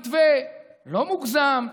מתווה לא מוגזם,